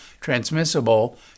transmissible